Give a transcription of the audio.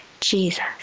Jesus